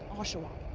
oshawa.